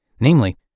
Namely